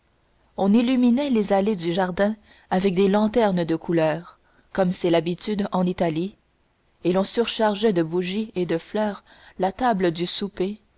on illuminait les allées du jardin avec les lanternes de couleur comme c'est l'habitude en italie et l'on surchargeait de bougies et de fleurs la table du souper